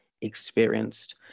experienced